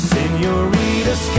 Senorita